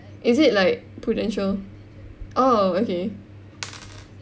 is it like Prudential oh okay